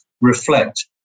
reflect